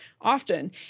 often